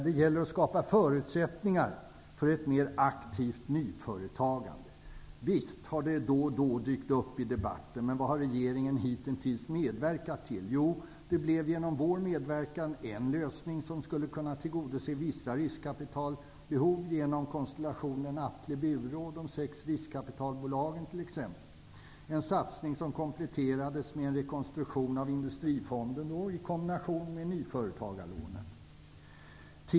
Det gäller att skapa förutsättningar för ett mer aktivt nyföretagande. Visst har det då och då dykt upp i debatten, men vad har regeringen hittills gjort? Jo, genom vår medverkan åstadkom man en lösning som skulle kunna tillgodose vissa riskkapitalbehov, t.ex. genom konstellationen Atle, Bure och de sex riskkapitalbolagen -- en satsning som kompletterades med en rekonstruktion av Industrifonden i kombination med nyföretagarlånet.